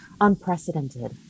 Unprecedented